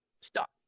Stop